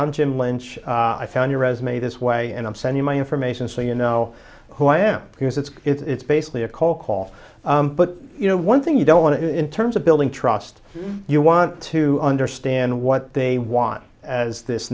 i'm jim lynch i found your resume this way and i'm send you my information so you know who i am because it's it's basically a call call but you know one thing you don't want to do in terms of building trust you want to understand what they want as this